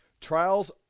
Trials